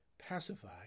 pacify